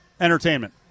entertainment